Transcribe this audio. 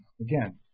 Again